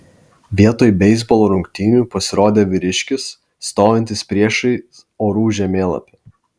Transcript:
vietoj beisbolo rungtynių pasirodė vyriškis stovintis priešais orų žemėlapį